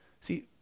See